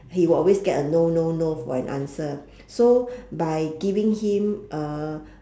he will always get a no no no for an answer so by giving him a